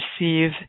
receive